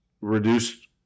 reduced